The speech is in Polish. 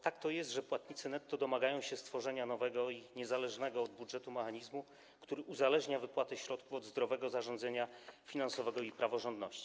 Tak to jest, że płatnicy netto domagają się stworzenia nowego i niezależnego od budżetu mechanizmu, który uzależnia wypłaty środków od zdrowego zarządzania finansowego i praworządności.